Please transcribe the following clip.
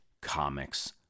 comics